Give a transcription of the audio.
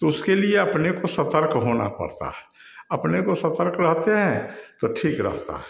उसके लिए अपने को सतर्क होना पड़ता है अपने को सतर्क रहते है तो ठीक रहता है